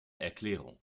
erklärung